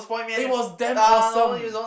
it was damn awesome